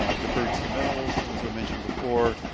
ah deferred submittals, you know as i mentioned before,